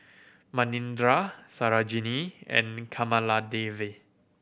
Manindra Sarojini and Kamaladevi